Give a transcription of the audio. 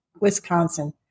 Wisconsin